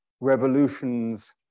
revolutions